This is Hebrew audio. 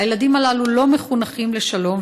הילדים הללו לא מחונכים לשלום,